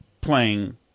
playing